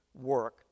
work